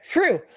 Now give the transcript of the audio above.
True